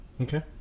Okay